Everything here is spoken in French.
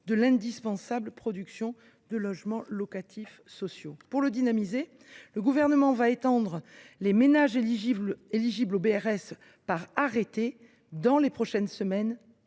de l’indispensable production de logements locatifs sociaux. Pour le dynamiser, le Gouvernement va étendre, par arrêté, les ménages éligibles au BRS dans les prochaines semaines.